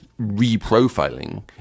reprofiling